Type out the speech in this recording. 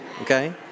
Okay